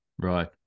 Right